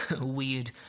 weird